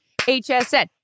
HSN